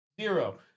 Zero